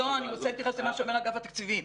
לא, אני הוצאתי את מה שאומר אגף התקציבים.